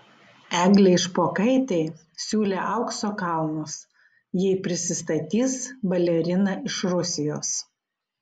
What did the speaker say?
eglei špokaitei siūlė aukso kalnus jei prisistatys balerina iš rusijos